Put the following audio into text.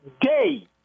day